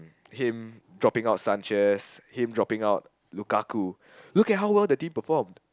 him dropping out Sanchez him dropping out Lukaku look at how well the team performed